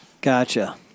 Gotcha